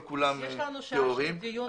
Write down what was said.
יש לנו שעה של דיון,